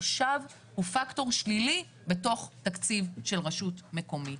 תושב הוא פקטור שלילי בתוך תקציב של רשות מקומית.